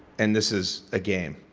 and this is a game.